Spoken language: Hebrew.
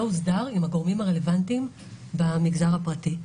הוסדר עם הגורמים הרלוונטיים במגזר הפרטי.